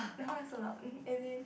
now have to lock as in